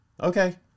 Okay